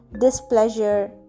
displeasure